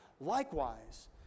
likewise